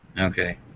Okay